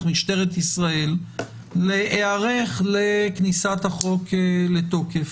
של משטרת ישראל להיערך לכניסת החוק לתוקף.